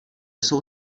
jsou